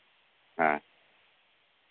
ᱦᱮᱸ